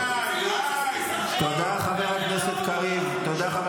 אבל אתה לא מגנה את מה שדובר צה"ל עשה?